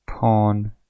Pawn